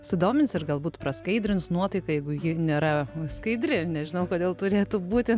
sudomins ir galbūt praskaidrins nuotaiką jeigu ji nėra skaidri nežinau kodėl turėtų būti